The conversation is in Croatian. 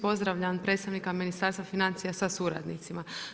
Pozdravljam predstavnika Ministarstva financija sa suradnicima.